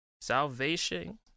Salvation